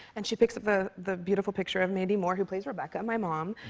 and she picks up the the beautiful picture of mandy moore, who plays rebecca, my mom.